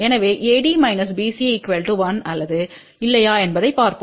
எனவே AD BC 1 அல்லது இல்லையா என்பதைப் பார்ப்போம்